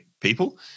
people